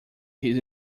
his